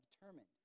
determined